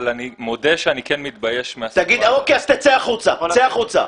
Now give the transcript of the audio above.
אז צא החוצה.